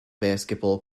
basketball